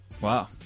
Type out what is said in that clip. Wow